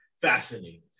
fascinating